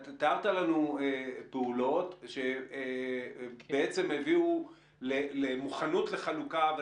אתה תיארת לנו פעולות ושבעצם הביאו למוכנות לחלוקה.